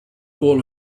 call